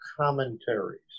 commentaries